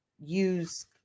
use